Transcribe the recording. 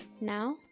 Now